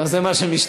זה מה שמשתמע.